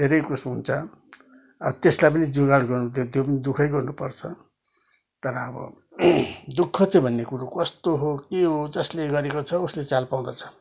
धेरै कुछ हुन्छ अब त्यसलाई पनि जुगाड गर्नु त्यो पनि दुखै गर्नुपर्छ तर अब दुखः चाहिँ भन्ने कुरो कस्तो हो के हो जसले गरेको छ उसले चाल पाउँदछ